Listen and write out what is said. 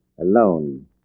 alone